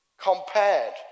compared